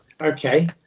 Okay